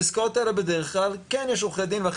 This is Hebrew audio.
העיסקאות האלה בדרך כלל כן יש עורכי דין ולכן